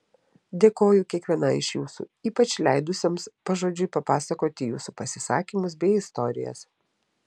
dėkoju kiekvienai iš jūsų ypač leidusioms pažodžiui papasakoti jūsų pasisakymus bei istorijas